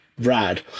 rad